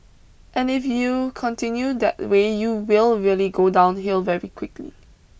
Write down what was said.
and if you continue that the way you will really go downhill very quickly